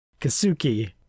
Kasuki